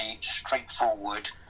straightforward